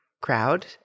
crowd